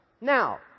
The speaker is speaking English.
Now